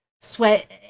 sweat